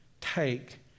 Take